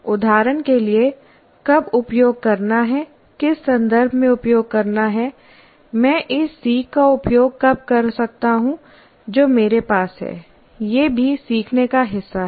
उदाहरण के लिए कब उपयोग करना है किस संदर्भ में उपयोग करना है मैं इस सीख का उपयोग कब कर सकता हूं जो मेरे पास है यह भी सीखने का हिस्सा है